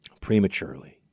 Prematurely